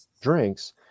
drinks